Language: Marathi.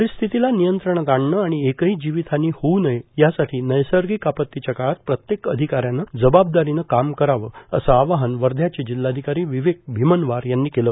परिस्थितीला नियंत्रणात आणणं आणि एकही जीवित हानी होऊ नये यासाठी नैसर्गिक आपतीच्या काळात प्रत्येक अधिकाऱ्यानं जबाबदारीनं काम करावं असं आवाहन वध्याचे जिल्हाधिकारी विवेक भिमनवार यांनी केलं